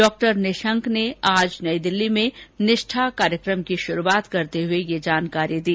डॉ निशंक ने आज नयी दिल्ली में निष्ठा कार्यक्रम की शुरुआत करते हुए यह जानकारी दी